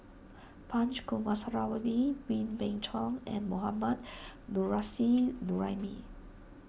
Punch Coomaraswamy Wee Beng Chong and Mohammad Nurrasyid Juraimi